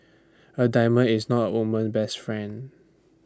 A diamond is not woman best friend